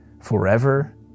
forever